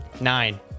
Nine